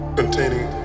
containing